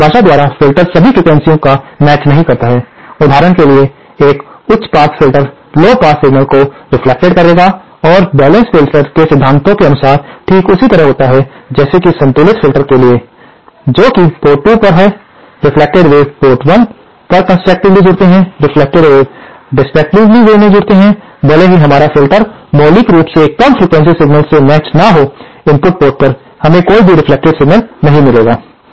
अब परिभाषा द्वारा फ़िल्टर सभी फ्रीक्वेंसीयों का मैचिंग नहीं करता है उदाहरण के लिए एक उच्च pass filter low pass signal को रेफ्लेक्टेड करेगा और बैलेंस्ड फ़िल्टर के सिद्धांतों के अनुसार ठीक उसी तरह होता है जैसे कि संतुलित फ़िल्टर के लिए जो कि पोर्ट 2 पर है रेफ्लेक्टेड वेव पोर्ट 1 पर कंस्ट्रक्टिवेली जोड़ते हैं रेफ्लेक्टेड वेव डेसट्रक्टिवेली वे में जोड़ते हैं भले ही हमारा फ़िल्टर मौलिक रूप से कम फ्रीक्वेंसी सिग्नल से मेंचड ना हो इनपुट पोर्ट पर हमें कोई भी रेफ्लेक्टेड सिग्नल नहीं मिलेंगे